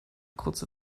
kurze